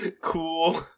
Cool